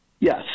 Yes